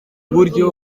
buryo